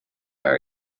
are